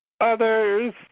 Others